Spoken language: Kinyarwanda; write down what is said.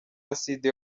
acide